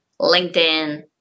LinkedIn